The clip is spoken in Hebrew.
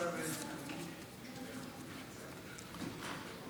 זה נוסח הצהרת האמונים: